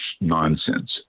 nonsense